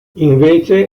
invece